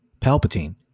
Palpatine